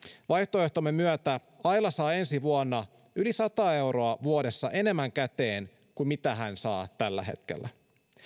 vaihtoehtomme myötä aila saa käteen ensi vuonna yli sata euroa vuodessa enemmän kuin mitä hän saa tällä hetkellä